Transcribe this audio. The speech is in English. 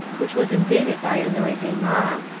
which was invaded by a noisy mob.